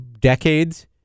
decades